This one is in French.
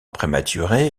prématurée